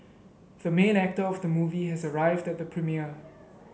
the main actor of the movie has arrived at the premiere